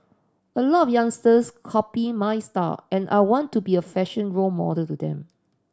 a lot of youngsters copy my style and I want to be a fashion role model to them